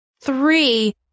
Three